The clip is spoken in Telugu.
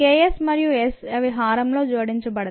Ks మరియు S అవి హారంలో జోడించబడతాయి